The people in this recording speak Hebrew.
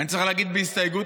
אני צריך להגיד בהסתייגות,